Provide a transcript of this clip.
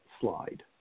slide